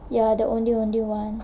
ya the ondeh-ondeh one